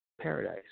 paradise